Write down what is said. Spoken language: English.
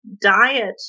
Diet